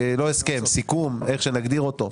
לא הסכם, סיכום, איך שנגדיר אותו.